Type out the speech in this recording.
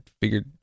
figured